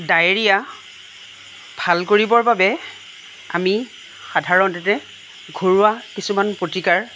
diarrhoea ভাল কৰিবৰ বাবে আমি সাধাৰণতে ঘৰুৱা কিছুমান প্ৰতিকাৰ